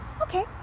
Okay